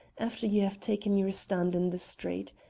after you have taken your stand in the street.